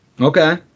Okay